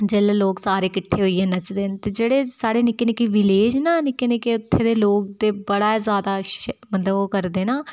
जिसलै लोक सारे किट्ठे होइयै नचदे न ते जेह्डे़ साढ़े निक्के निक्के विलेज न निक्के निक्के लोक न उत्थै दे ते बड़ा ज्यादा मतलव ओह् करदे न